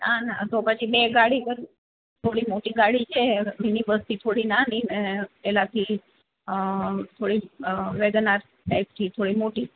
ના ના તો પછી બે ગાડી કરી થોડી મોટી ગાડી છે મિની બસથી થોડી નાની ને એનાથી થોડી વેગનાર ટાઈપથી થોડી મોટી